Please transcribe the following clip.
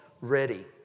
ready